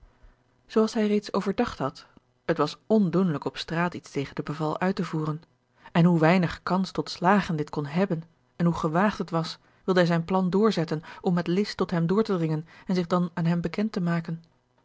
als hij reeds overdacht had het was ondoenlijk op straat iets tegen de beval uit te voeren en hoe weinig kans tot slagen dit kon hebben en hoe gewaagd het was wilde hij zijn plan doorzetten om met list tot hem door te dringen en zich dan aan hem bekend te maken